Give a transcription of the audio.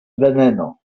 veneno